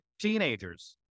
teenagers